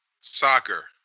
Soccer